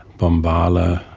bombala,